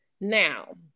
Now